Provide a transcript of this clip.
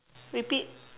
repeat